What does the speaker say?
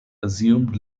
assumed